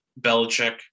Belichick